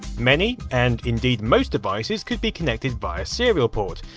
many, and indeed, most, devices could be connected via serial port,